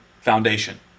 foundation